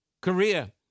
Korea